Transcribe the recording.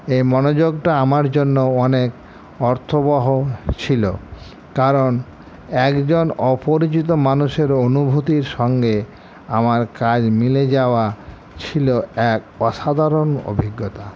এই মনোযোগটা আমার জন্য অনেক অর্থবহ ছিল কারণ একজন অপরিচিত মানুষের অনুভূতির সঙ্গে আমার কাজ মিলে যাওয়া ছিল এক অসাধারণ অভিজ্ঞতা